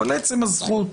אבל עצם הזכות